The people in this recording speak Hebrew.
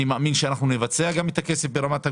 אני מאמין אנחנו נבצע את הכסף ברמת הגולן.